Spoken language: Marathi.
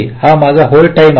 हा माझा होल्ड टाइम आहे